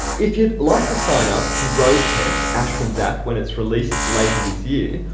if you'd like to sign up to road-test ashwin's app when it's released later this year,